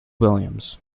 williams